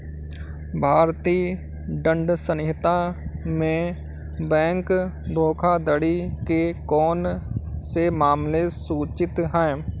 भारतीय दंड संहिता में बैंक धोखाधड़ी के कौन से मामले सूचित हैं?